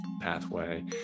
pathway